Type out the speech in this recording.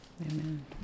Amen